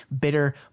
Bitter